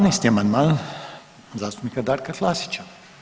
12. amandman zastupnika Darka Klasića.